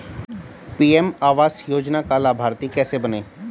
PM आवास योजना का लाभर्ती कैसे बनें?